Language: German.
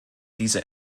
diese